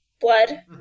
blood